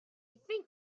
think